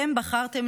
אתם בחרתם